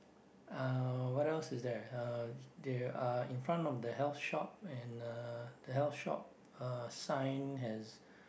uh what else is there uh they are in front of the health shop and uh the health shop uh sign has